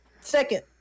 second